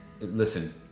Listen